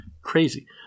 Crazy